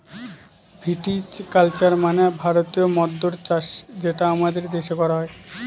ভিটি culture মানে ভারতীয় মদ্যের চাষ যেটা আমাদের দেশে করা হয়